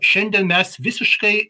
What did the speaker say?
šiandien mes visiškai